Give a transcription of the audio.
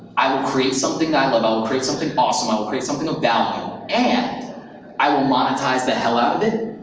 i will create something that i love, i will create something awesome, i will create something of value, and i will monetize the hell out of it,